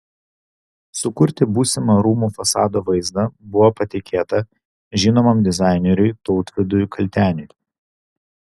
sukurti būsimą rūmų fasadų vaizdą buvo patikėta žinomam dizaineriui tautvydui kalteniui